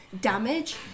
damage